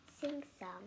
sing-song